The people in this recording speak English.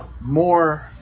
more